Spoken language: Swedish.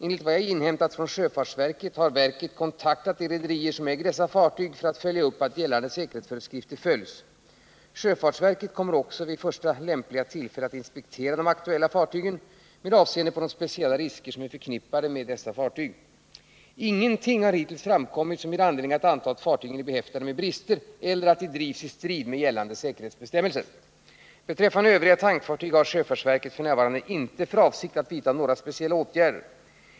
Enligt vad jag inhämtat från sjöfartsverket har verket kontaktat de rederier som äger dessa fartyg för att följa upp att gällande säkerhetsföreskrifter följs. Sjöfartsverket kommer också vid första lämpliga tillfälle att inspektera de aktuella fartygen med avseende på de speciella risker som är förknippade med dessa fartyg. Ingenting har hittills framkommit som ger anledning att anta att fartygen är behäftade med brister eller att de drivs i strid med gällande säkerhetsbestämmelser. Beträffande övriga tankfartyg har sjöfartsverket f. n. inte för avsikt att vidta några speciella åtgärder.